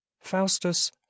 faustus